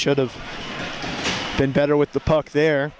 should've been better with the puck there